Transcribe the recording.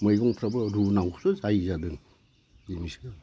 मैगंफ्राबो रुनांगौसो जायो आरो बेनोसै